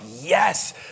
yes